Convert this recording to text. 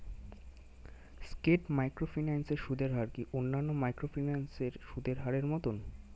স্কেট microfinance এর সুদের হার কি অন্যান্য মাইক্রোফিন্যান্স এর সুদের হারের মতন?